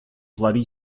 bloody